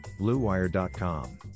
bluewire.com